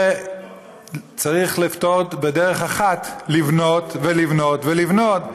את זה צריך לפתור בדרך אחת: לבנות ולבנות ולבנות.